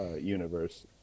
universe